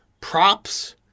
Props